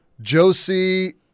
Josie